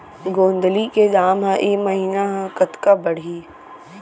गोंदली के दाम ह ऐ महीना ह कतका बढ़ही?